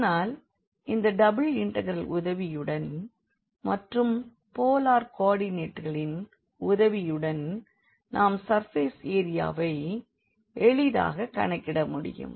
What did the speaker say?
ஆனால் இந்த டபிள் இண்டெக்ரலின் உதவியுடன் மற்றும் போலார் கோஆர்டினேட்களின் உதவியுடன் நாம் சர்ஃபேஸ் ஏரியாவை எளிதாக கணக்கிட முடியும்